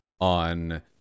on